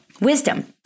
wisdom